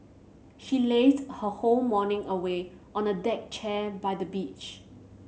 she lazed her whole morning away on a deck chair by the beach